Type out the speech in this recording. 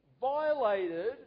violated